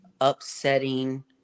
upsetting